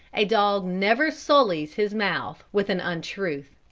a dog never sullies his mouth with an untruth.